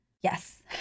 Yes